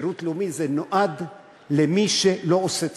שירות לאומי נועד למי שלא עושה צבא.